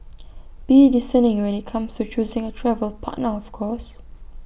be discerning when IT comes to choosing A travel partner of course